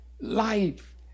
life